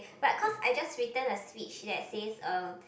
but cause I just written a speech that says uh